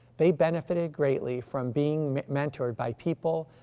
they benefited greatly from being mentored by people,